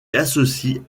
associe